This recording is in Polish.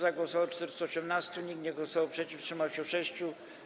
Za głosowało 418, nikt nie głosował przeciw, wstrzymało się 6.